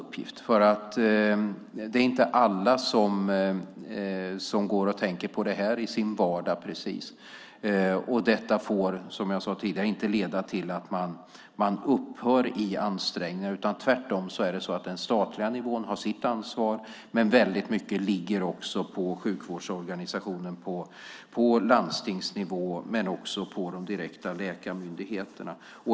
Det är inte precis så att alla i sin vardag går och tänker på det här. Som jag tidigare sagt får detta inte leda till att man upphör med att anstränga sig. Tvärtom har den statliga nivån sitt ansvar. Väldigt mycket ligger dock också på sjukvårdsorganisationen, på landstingsnivå, men även på de direkta läkarmyndigheterna.